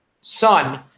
son